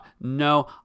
No